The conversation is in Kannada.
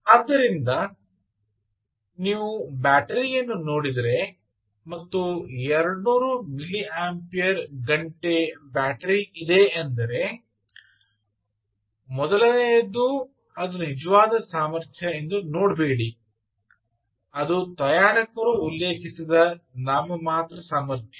ಆದ್ದರಿಂದ ನೀವು ಬ್ಯಾಟರಿಯನ್ನು ನೋಡಿದರೆ ಮತ್ತು 200 ಮಿಲಿಯಂಪೇರ್ ಗಂಟೆ ಬ್ಯಾಟರಿ ಇದೆ ಎಂದರೆ ಮೊದಲನೆಯದು ಅದು ನಿಜವಾದ ಸಾಮರ್ಥ್ಯ ಎಂದು ನೋಡಬೇಡಿ ಅದು ತಯಾರಕರು ಉಲ್ಲೇಖಿಸಿದ ನಾಮಮಾತ್ರ ಸಾಮರ್ಥ್ಯ